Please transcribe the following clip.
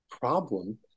problem